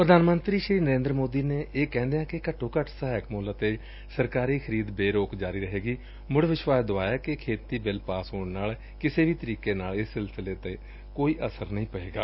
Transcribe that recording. ਪ੍ਰਧਾਨ ਮੰਤਰੀ ਨਰੇਦਰ ਮੋਦੀ ਨੇ ਇਹ ਕਹਿੰਦਿਆਂ ਕਿ ਘੱਟੋ ਘੱਟ ਸਹਾਇਕ ਮੁੱਲ ਅਤੇ ਸਰਕਾਰੀ ਖਰੀਦ ਬੇਰੋਕ ਜਾਰੀ ਰਹੇਗੀ ਮੁੜ ਵਿਸ਼ਵਾਸ ਦੁਆਇਆ ਕਿ ਖੇਤੀ ਬਿੱਲ ਪਾਸ ਹੋਣ ਨਾਲ ਕਿਸੇ ਵੀ ਤਰੀਕੇ ਨਾਲ ਇਸ ਸਿਲਸਿਲੇ ਦਾ ਕਿਸਾਨਾਂ ਤੇ ਕੋਈ ਅਸਰ ਨਹੀਂ ਪਏਗਾ